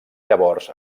llavors